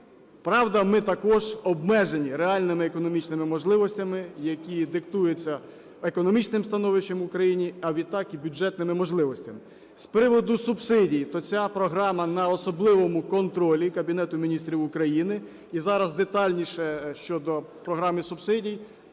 Правда, ми також обмежені реальними економічними можливостями, які диктуються економічним становищем в Україні, а відтак і бюджетними можливостями. З приводу субсидій, то ця програма на особливому контролі Кабінету Міністрів України. І зараз детальніше щодо програми субсидій